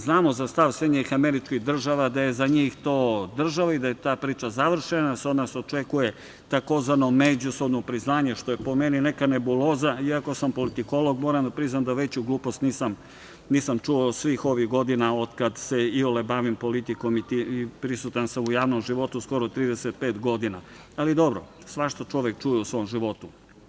Znamo za stav SAD da je za njih to država i da je ta priča završena i da se od nas očekuje takozvano međusobno priznanje što je po meni neka nebuloza iako sam politikolog, moram da priznam da veću glupost nisam čuo svih ovih godina otkad se iole bavim politikom i prisutan sam u javnom životu skoro 35 godina, ali dobro, svašta čovek čuje u svom životu.